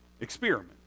experiment